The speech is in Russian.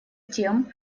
тем